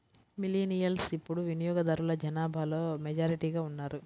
millennials ఇప్పుడు వినియోగదారుల జనాభాలో మెజారిటీగా ఉన్నారు